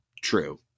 true